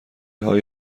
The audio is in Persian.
های